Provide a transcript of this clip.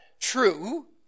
True